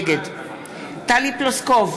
נגד טלי פלוסקוב,